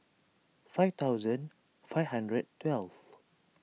five thousand five hundred twelve